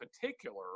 particular